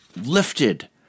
lifted